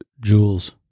jewels